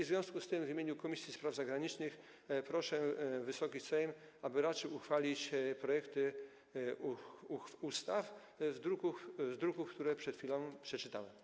W związku z tym w imieniu Komisji Spraw Zagranicznych proszę Wysoki Sejm, aby raczył uchwalić projekty ustaw z druków, które przed chwilą przeczytałem.